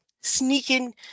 Sneaking